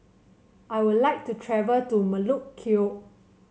I would like to travel to Melekeok